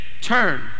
turn